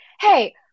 hey